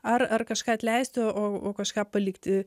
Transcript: ar ar kažką atleisti o o o kažką palikti